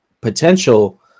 potential